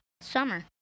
summer